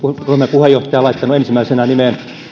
on laittanut ensimmäisenä nimen